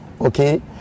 Okay